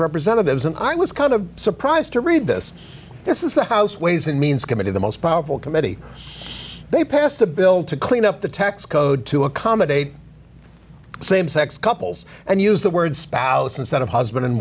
representatives and i was kind of surprised to read this this is the house ways and means committee the most powerful committee they passed a bill to clean up the tax code to accommodate same sex couples and use the word spouse instead of husband and